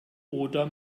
oder